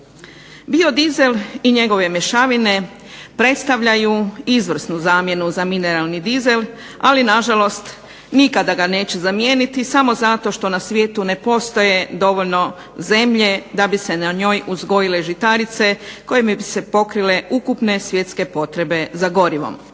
Biodizel i njegove mješavine predstavljaju izvrsnu zamjenu za mineralni dizel, ali nažalost nikada ga neće zamijeniti samo zato što na svijetu ne postoji dovoljno zemlje da bi se na njoj uzgojile žitarice kojima bi se pokrile ukupne svjetske potrebe za gorivom.